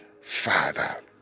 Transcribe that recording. Father